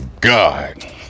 God